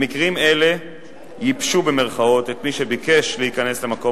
במקרים אלה "ייבשו" את מי שביקש להיכנס למקום